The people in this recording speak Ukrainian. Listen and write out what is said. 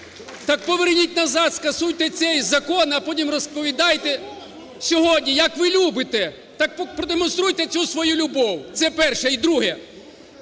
Так поверніть назад, скасуйте цей закон, а потім розповідайте… (Шум у залі) …сьогодні… як ви любите. Так продемонструйте цю свою любов. Це перше. І друге.